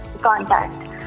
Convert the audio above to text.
contact